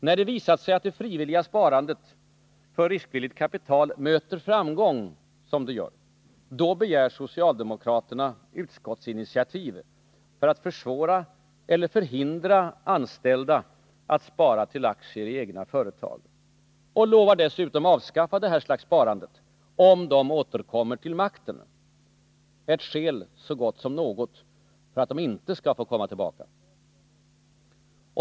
När det visar sig att frivilligt sparande för riskvilligt kapital möter den framgång som det gör, då begär socialdemokraterna utskottsinitiativ för att försvåra för anställda eller förhindra dem att spara i aktier i egna företag. Och de lovar dessutom avskaffa detta slags sparande, om de återkommer till makten. Ett skäl så gott som något för att de inte skall få komma tillbaka.